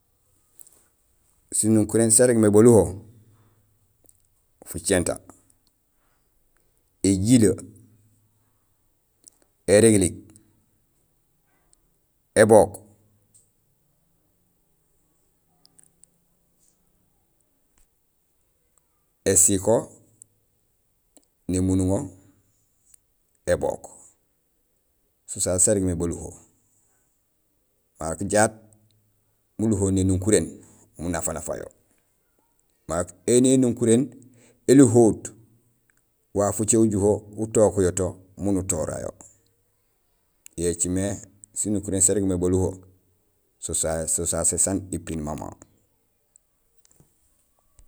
Sinukuréén sarégmé baluho: fujinta, éjilee, érigirig, ébook, ésiko, némunduŋo, ébook so sasé sarégmé baluho marok jaat muluho nénukuréén munafa nafa yo marok éni énukuréén éluhohut waaf ucé ujuhé utook yo to miin utora yo. Yo écimé sinukuréén sarégmé baluho so sasé saan ipiin mama.